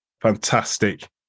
fantastic